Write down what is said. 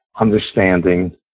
understanding